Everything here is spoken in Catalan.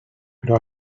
però